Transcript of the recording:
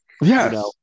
Yes